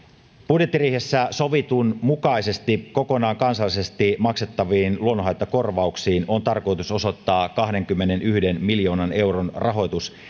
budjettiriihessä sovitun mukaisesti kokonaan kansallisesti maksettaviin luonnonhaittakorvauksiin on tarkoitus osoittaa kahdenkymmenenyhden miljoonan euron rahoitus